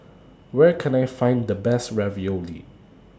Where Can I Find The Best Ravioli